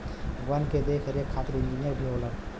वन के देख रेख खातिर इंजिनियर भी होलन